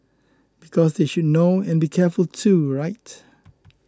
because they should know and be careful too right